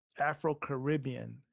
afro-caribbean